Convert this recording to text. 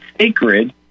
sacred